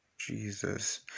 Jesus